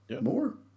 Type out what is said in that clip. more